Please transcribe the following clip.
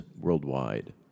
worldwide